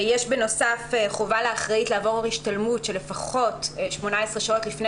יש בנוסף חובה לאחראית לעבור השתלמות של 18 שעות לפחות,